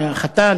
החתן,